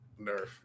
nerf